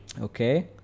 Okay